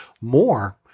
more